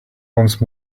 once